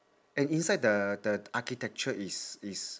and inside the the architecture is is